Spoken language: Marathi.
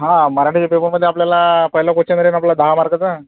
हां मराठीच्या पेपरमध्ये आपल्याला पहिला क्वश्चन राहील आपला दहा मार्काचा